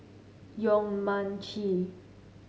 Yong Mun Chee